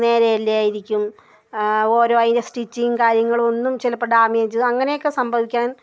നേരെ അല്ലായിരിക്കും ഓരോ അതിൻ്റെ സ്റ്റിച്ചിങ് കാര്യങ്ങളൊന്നും ചിലപ്പോൾ ഡാമേജ് അങ്ങനെയൊക്കെ സംഭവിക്കാൻ